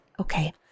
Okay